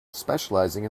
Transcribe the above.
specialising